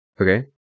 Okay